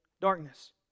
darkness